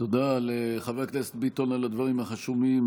תודה לחבר הכנסת ביטון על הדברים החשובים.